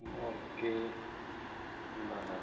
okay ल ल